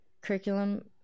curriculum